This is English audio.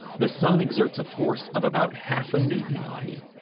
the sun exerts a force of about half a newton on you.